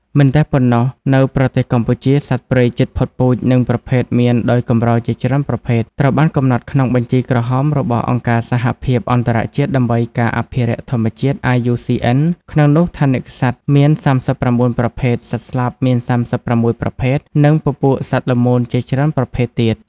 មិនតែប៉ុណ្ណោះ នៅប្រទេសកម្ពុជា សត្វព្រៃជិតផុតពូជ និងប្រភេទមានដោយកម្រជាច្រើនប្រភេទ ត្រូវបានកំណត់ក្នុងបញ្ជីក្រហមរបស់អង្គការសហភាពអន្តរជាតិដើម្បីការអភិរក្សធម្មជាតិ IUCN ក្នុងនោះថនិកសត្វមាន ៣៩ ប្រភេទ សត្វស្លាបមាន ៣៦ ប្រភេទ និងពពួកសត្វល្មូនជាច្រើនប្រភេទទៀត។